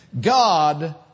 God